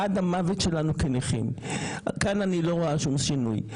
עד המוות שלנו כנכים, כאן אני לא רואה שום שינוי.